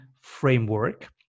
framework